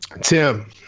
Tim